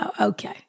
Okay